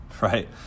right